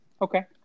Okay